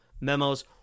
memos